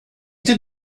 did